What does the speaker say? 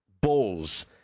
Bulls